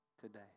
today